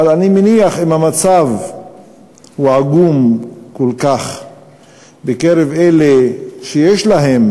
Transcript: אבל אני מניח שאם המצב הוא עגום כל כך בקרב אלה שיש להם